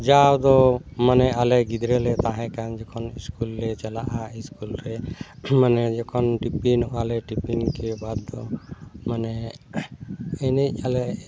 ᱡᱟᱣ ᱫᱚ ᱢᱟᱱᱮ ᱟᱞᱮ ᱜᱤᱫᱽᱨᱟᱹᱞᱮ ᱛᱟᱦᱮᱸ ᱠᱟᱱ ᱡᱚᱠᱷᱚᱱ ᱥᱠᱩᱞ ᱞᱮ ᱪᱟᱞᱟᱜᱼᱟ ᱥᱠᱩᱞ ᱨᱮ ᱢᱟᱱᱮ ᱡᱚᱠᱷᱚᱱ ᱴᱤᱯᱤᱱᱚᱜ ᱟᱞᱮ ᱴᱤᱯᱤᱱ ᱠᱮ ᱵᱟᱫᱽ ᱫᱚ ᱢᱟᱱᱮ ᱮᱱᱮᱡ ᱟᱞᱮ